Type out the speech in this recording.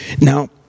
Now